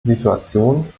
situation